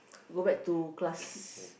go back to class